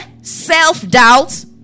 self-doubt